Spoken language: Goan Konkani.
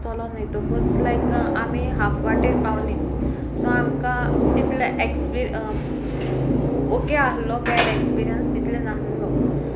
चलोन ओतकूच लायक आमी हाफ वाटेर पावलीं सो आमकां तितलें एक्सपि ओके आहलो बॅड ऍक्सपिरियन्स तितलें नाहलो